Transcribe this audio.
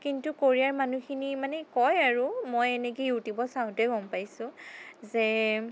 কিন্তু কোৰিয়াৰ মানুহখিনি মানে কয় আৰু মই এনেকে ইউটিউবত চাওঁতে গম পাইছোঁ যে